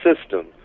system